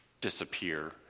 disappear